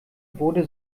wurde